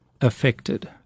affected